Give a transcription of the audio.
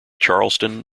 charleston